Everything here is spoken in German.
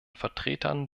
vertretern